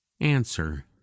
answer